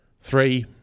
three